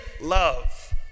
love